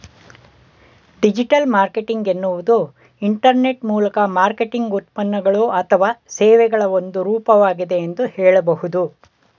digital marketing ಎನ್ನುವುದು internet ಮೂಲಕ marketing ಉತ್ಪನ್ನಗಳು ಅಥವಾ ಸೇವೆಗಳ ಒಂದು ರೂಪವಾಗಿದೆ ಎಂದು ಹೇಳಬಹುದು